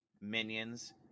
minions